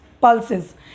pulses